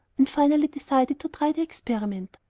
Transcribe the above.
and finally decided to try the experiment.